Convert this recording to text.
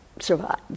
survive